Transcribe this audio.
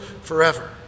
forever